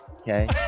okay